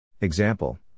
Example